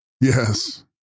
Yes